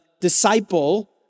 disciple